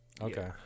Okay